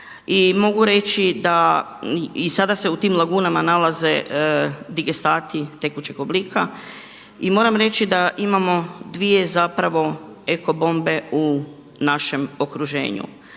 i sada se u tim lagunama nalaze digestati tekućeg oblika. I moram reći da imamo dvije eko bombe u našem okruženju.